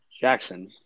Jackson